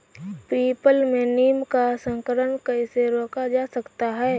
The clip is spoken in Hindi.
पीपल में नीम का संकरण कैसे रोका जा सकता है?